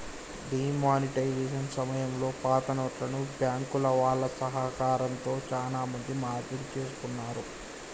D monetisation సమయంలో పాతనోట్లను బ్యాంకుల వాళ్ళ సహకారంతో చానా మంది మార్పిడి చేసుకున్నారు